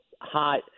hot